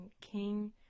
king